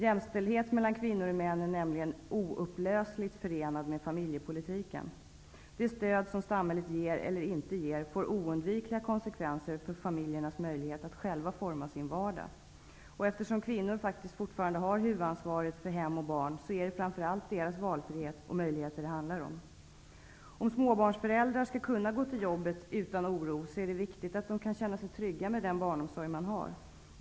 Jämställdhet mellan kvinnor och män är nämligen oupplösligt förenad med familjepolitiken. Det stöd som samhället ger, eller inte ger, får oundvikligen konsekvenser för familjernas möjligheter att forma sin vardag. Eftersom kvinnor faktiskt fortfarande har huvudansvaret för hem och barn, är det framför allt deras valfrihet och möjligheter som det handlar om. Om småbarnsföräldrar skall kunna gå till jobbet utan oro, är det viktigt att de kan känna sig trygga med den barnomsorg de har.